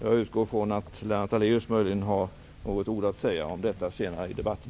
Jag utgår från att Lennart Daléus möjligen har något ord att säga om detta senare i debatten.